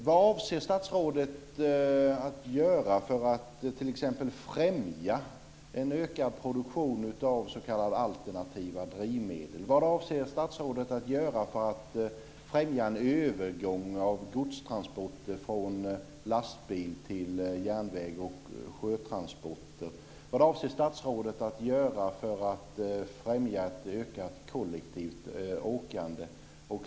Vad avser statsrådet att göra för att t.ex. främja en ökad produktion av s.k. alternativa drivmedel? Vad avser statsrådet att göra för att främja en övergång av godstransporter från lastbil till järnväg och sjötransporter? Vad avser statsrådet att göra för att främja ett ökat kollektivt åkande?